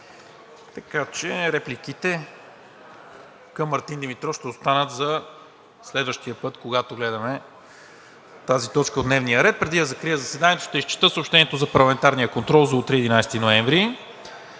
прието. Репликите към Мартин Димитров ще останат за следващия път, когато гледаме тази точка от дневния ред. Преди да закрия заседанието, ще изчета съобщението за парламентарния контрол за утре, 11 ноември.